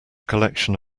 collection